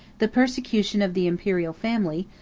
the persecution of the imperial family,